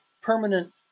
permanent